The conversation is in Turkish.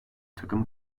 takımı